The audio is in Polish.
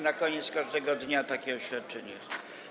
Na koniec każdego dnia takie oświadczenia są.